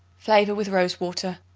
flavor with rose-water.